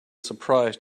surprise